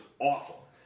awful